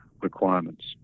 requirements